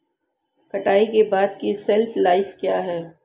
कटाई के बाद की शेल्फ लाइफ क्या है?